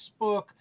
Facebook